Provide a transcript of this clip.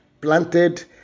planted